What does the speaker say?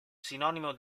sinonimo